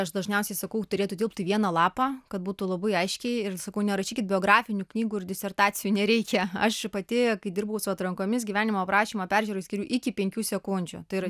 aš dažniausiai sakau turėtų tilpt į vieną lapą kad būtų labai aiškiai ir sakau nerašykit biografinių knygų ir disertacijų nereikia aš pati kai dirbau su atrankomis gyvenimo aprašymo peržiūrai skyriu iki penkių sekundžių tai yra